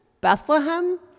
Bethlehem